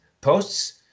posts